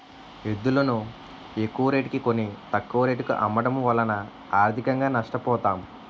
ఎద్దులును ఎక్కువరేటుకి కొని, తక్కువ రేటుకు అమ్మడము వలన ఆర్థికంగా నష్ట పోతాం